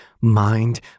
mind